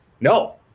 No